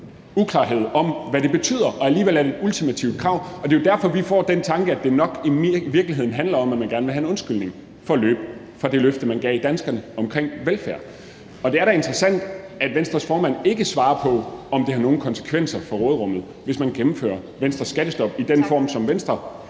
uklarhed om, hvad det betyder, og alligevel er det et ultimativt krav. Det er jo derfor, vi får den tanke, at det nok i virkeligheden handler om, at man gerne vil have en undskyldning for at løbe fra det løfte, man gav danskerne omkring velfærd. Og det er da interessant, at Venstres formand ikke svarer på, om det har nogen konsekvenser for råderummet, hvis man gennemfører Venstres skattestop i den form, som Venstre